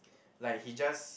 like he just